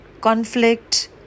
conflict